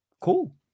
Cool